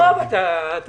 זה